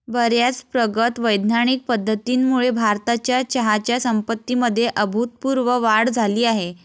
बर्याच प्रगत वैज्ञानिक पद्धतींमुळे भारताच्या चहाच्या संपत्तीमध्ये अभूतपूर्व वाढ झाली आहे